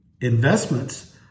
investments